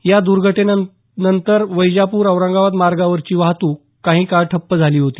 या द्र्घटनेनंतर वैजापूर औरंगाबाद मार्गावरची वाहतूक काही काळ ठप्प झाली होती